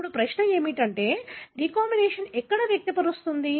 ఇప్పుడు ప్రశ్న ఏమిటంటే రీకాంబినేస్ ఎక్కడ వ్యక్తపరుస్తుంది